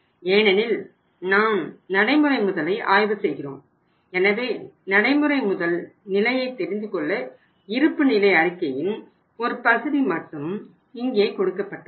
ஏனெனில் நாம் நடைமுறை முதலை ஆய்வு செய்கிறோம் எனவே நடைமுறை முதல் நிலையை தெரிந்துகொள்ள இருப்புநிலை அறிக்கையின் ஒரு பகுதி மட்டும் இங்கே கொடுக்கப்பட்டுள்ளது